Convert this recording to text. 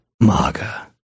maga